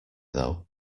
though